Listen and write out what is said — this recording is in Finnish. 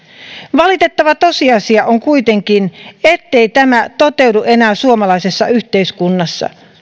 valitettava tosiasia on kuitenkin ettei tämä toteudu enää suomalaisessa yhteiskunnassa